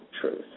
truth